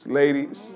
ladies